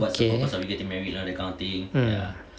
okay mm